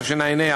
תשע"ה,